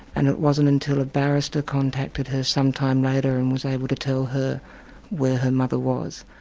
and it wasn't until a barrister contacted her some time later and was able to tell her where her mother was.